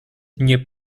nie